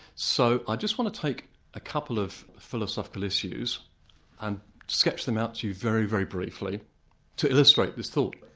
so i just want to take a couple of philosophical issues and sketch them out to you very, very briefly to illustrate this thought.